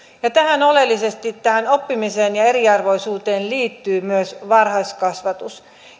oleellisesti tähän oppimiseen ja eriarvoisuuteen liittyy myös varhaiskasvatus